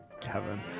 Kevin